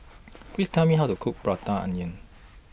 Please Tell Me How to Cook Prata Onion